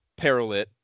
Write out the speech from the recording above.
Paralit